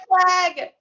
flag